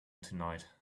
tonight